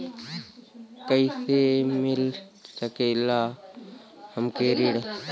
कइसे मिल सकेला हमके ऋण?